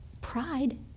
pride